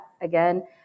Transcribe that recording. again